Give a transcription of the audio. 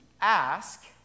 Ask